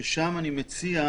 שם אני מציע